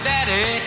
Daddy